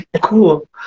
cool